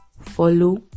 follow